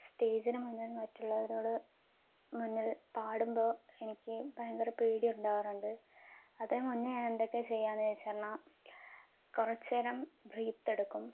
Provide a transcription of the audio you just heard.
സ്റ്റേജിനു മുന്നില് മറ്റുള്ളവരോട് മുന്നില് പാടുമ്പോൾ എനിക്ക് ഭയങ്കര പേടി ഉണ്ടാവാറുണ്ട് അതിനു മുന്നേ ഞാന് എന്തൊക്കെയാ ചെയ്യാന്ന് ചോദിച്ച് പറഞ്ഞാൽ കുറച്ചുനേരം ബ്രീത്ത് എടുക്കും